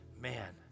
man